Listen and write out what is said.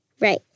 Right